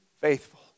faithful